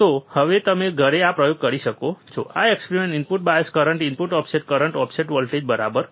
તો હવે તમે ઘરે આ પ્રયોગો કરી શકો છો આ experiment input bias current input offset current input offset voltage બરાબર